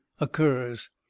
occurs